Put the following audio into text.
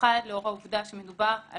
במיוחד לאור העובדה שבעצם מדובר על